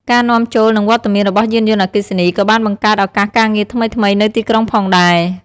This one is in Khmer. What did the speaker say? ការនាំចូល និងវត្តមានរបស់យានយន្តអគ្គីសនី ក៏បានបង្កើតឱកាសការងារថ្មីៗនៅទីក្រុងផងដែរ។